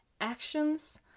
actions